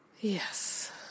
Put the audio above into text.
Yes